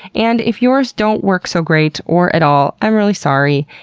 and if yours don't work so great or at all, i'm really sorry.